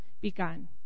begun